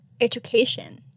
education